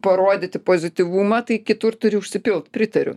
parodyti pozityvumą tai kitur turi užsipilt pritariu